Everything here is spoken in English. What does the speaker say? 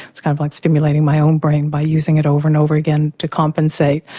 it's kind of like stimulating my own brain, by using it over and over again to compensate.